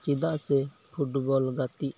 ᱪᱮᱫᱟᱜ ᱥᱮ ᱯᱷᱩᱴᱵᱚᱞ ᱜᱟᱛᱤᱜ